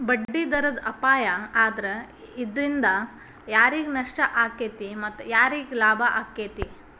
ಬಡ್ಡಿದರದ್ ಅಪಾಯಾ ಆದ್ರ ಇದ್ರಿಂದಾ ಯಾರಿಗ್ ನಷ್ಟಾಕ್ಕೇತಿ ಮತ್ತ ಯಾರಿಗ್ ಲಾಭಾಕ್ಕೇತಿ?